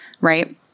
right